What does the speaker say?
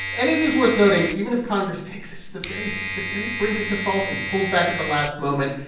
and it is worth noting, even if congress takes us to the very the very brink of default and pulls back at the last moment,